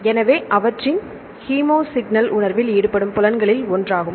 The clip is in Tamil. எனவே அவற்றின் கீமோசிக்னல்களின் உணர்வில் ஈடுபடும் புலன்களில் ஒன்றாகும்